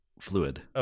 fluid